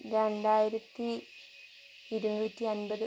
രണ്ടായിരത്തി ഇരുനൂറ്റി അൻപത്